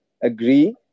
agree